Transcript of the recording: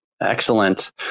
Excellent